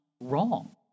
wrong